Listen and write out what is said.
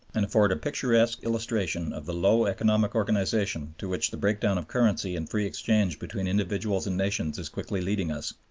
and afford a picturesque illustration of the low economic organization to which the breakdown of currency and free exchange between individuals and nations is quickly leading us.